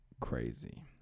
crazy